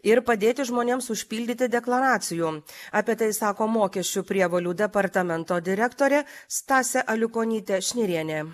ir padėti žmonėms užpildyti deklaracijų apie tai sako mokesčių prievolių departamento direktorė stasė aliukonytė šnirienė